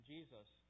Jesus